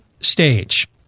stage